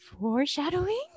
foreshadowing